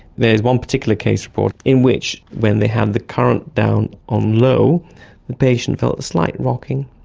there's one particular case report in which when they had the current down on low the patient felt a slight rocking.